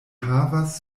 havas